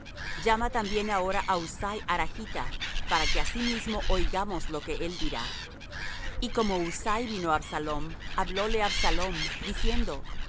llama también ahora á husai arachta para que asimismo oigamos lo que él dirá y como husai vino á absalom hablóle absalom diciendo así